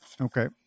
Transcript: Okay